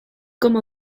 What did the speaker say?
como